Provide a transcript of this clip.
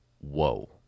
Whoa